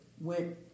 went